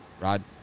Rod